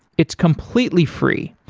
it's completely free.